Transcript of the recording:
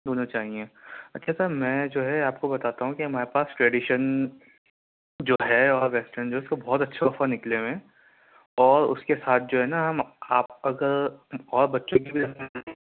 دونوں چاہیے اچھا سر میں جو ہے آپ کو بتاتا ہوں کہ ہمارے پاس ٹریڈیشن جو ہے اور ویسٹرن جو اس کو بہت اچھے آفر نکلے ہوئے ہیں اور اس کے ساتھ جو ہے نا ہم آپ اگر اور بچوں کے لیے بھی